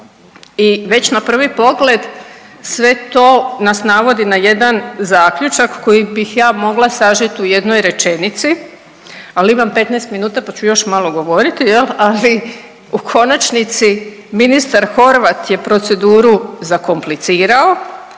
i već na prvi pogled sve to nas navodi na jedan zaključak koji bih ja mogla sažeti u jednoj rečenici, ali imam 15 minuta pa ću još malo govoriti, je li, ali u konačnici, ministar Horvat je proceduru zakomplicirao,